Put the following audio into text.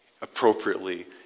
appropriately